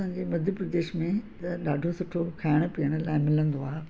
असांजे मध्य प्रदेश में त ॾाढो सुठो खाइण पीअण लाइ मिलंदो आहे